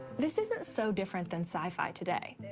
this isn't so different than sci-fi today.